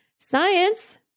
Science